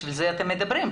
בשביל זה אתם מדברים,